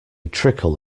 trickle